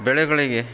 ಬೆಳೆಗಳಿಗೆ